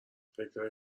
فکرهای